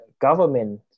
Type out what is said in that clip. government